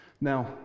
Now